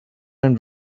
and